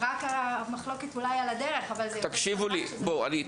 המחלוקת היא אולי על הדרך, לא על הצורך.